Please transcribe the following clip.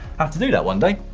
have to do that one day.